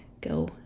go